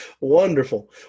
Wonderful